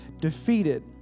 defeated